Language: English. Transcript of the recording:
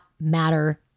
matter